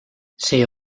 see